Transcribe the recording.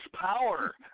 power